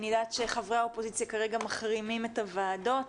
אני יודעת שחברי האופוזיציה כרגע מחרימים את הוועדות,